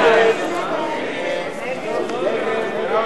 הראשונה של חבר הכנסת אורי